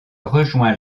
rejoint